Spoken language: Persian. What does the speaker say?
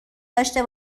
داشته